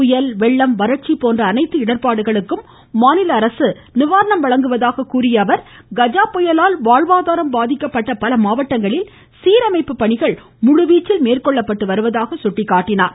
புயல் வெள்ளம் வறட்சி போன்ற அனைத்து இடா்ப்பாடுகளுக்கும் மாநில அரசு நிவாரணம் வழங்குவதாக தெரிவித்த அவர் கஜா புயலால் வாழ்வாதாரம் பாதிக்கப்பட்ட பல மாவட்டங்களில் சீரமைப்பு பணிகள் முழுவீச்சில் மேற்கொள்ளப்பட்டு வருவதாக சுட்டிக்காட்டினார்